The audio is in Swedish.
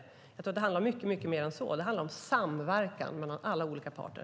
Jag tror att det handlar om mycket mer än så. Det handlar om samverkan mellan alla olika parter.